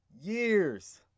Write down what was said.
years